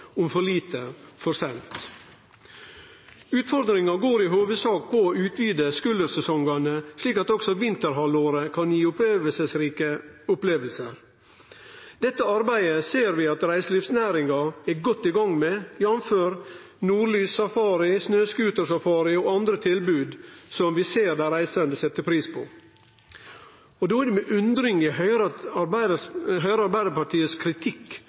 om for lite for seint. Utfordringa går i hovudsak på å utvide scullersesongane, slik at også vinterhalvåret kan gi rike opplevingar. Dette arbeidet ser vi at reiselivsnæringa er godt i gang med, jf. nordlyssafari, snøskutersafari og andre tilbod som vi ser at dei reisande set pris på. Då er det med undring eg høyrer Arbeidarpartiet sin kritikk